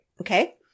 Okay